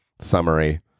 summary